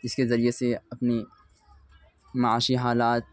اس کے ذریعہ سے اپنی معاشی حالات